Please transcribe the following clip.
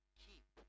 keep